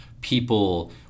people